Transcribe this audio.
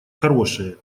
хорошее